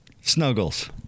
Snuggles